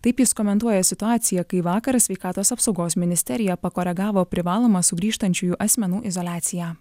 taip jis komentuoja situaciją kai vakar sveikatos apsaugos ministerija pakoregavo privalomą sugrįžtančiųjų asmenų izoliaciją